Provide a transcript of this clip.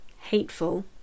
hateful